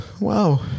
Wow